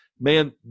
man